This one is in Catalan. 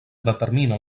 determinen